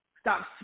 Stop